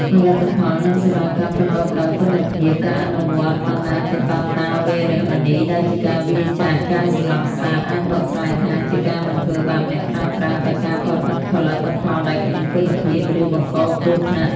ផលិតផល និងសេវាកម្មប្រកបដោយគុណភាព: ការអនុវត្ត បាណាតិបាតា វេរមណី ដែលជាការវៀរចាកការសម្លាប់សត្វ អាចបកស្រាយថាជាការមិនធ្វើបាបអ្នកប្រើប្រាស់ ដោយការផលិតផលិតផលដែលគ្មានគុណភាព ឬបង្កគ្រោះថ្នាក់។